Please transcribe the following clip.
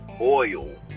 oil